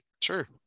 Sure